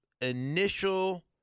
initial